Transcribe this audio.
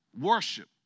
worship